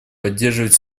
поддерживает